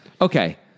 Okay